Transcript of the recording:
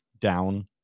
down